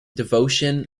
devotion